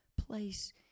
place